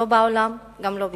לא בעולם וגם לא בישראל.